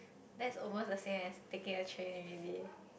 that's almost the same as taking the train already